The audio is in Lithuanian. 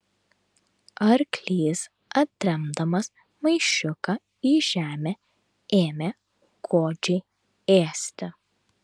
arklys atremdamas maišiuką į žemę ėmė godžiai ėsti